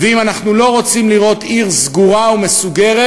ואם אנחנו לא רוצים לראות עיר סגורה ומסוגרת,